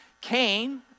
Cain